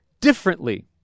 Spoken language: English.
differently